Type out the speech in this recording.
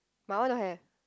my one don't have